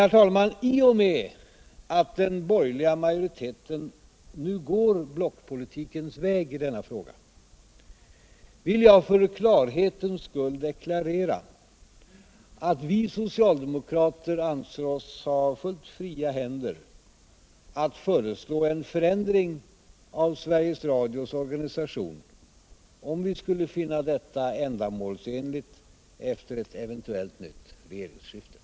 herr talman, i och med att den borgerliga majoriteten nu går blockpolitikens väg i denna fråga vill jag för klarhetens skull deklarera att vi socialdemokrater anser oss ha fullt fria händer att föreslå en förändring av Sveriges Radios organisation, om vi skulle finna detta ändamålsenligt efter ett eventuellt regeringsskifte.